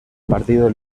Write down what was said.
partido